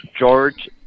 George